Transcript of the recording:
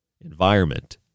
environment